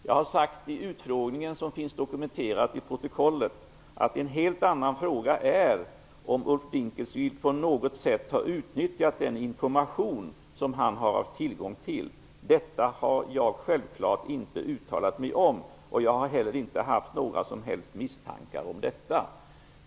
Jag har i utfrågningar, som finns dokumenterade i protokoll, sagt att en helt annan fråga är om Ulf Dinkelspiel på något sätt har utnyttjat den information som han har haft tillgång till. Detta har jag självklart inte uttalat mig om, och jag har heller inte haft några som helst misstankar om detta.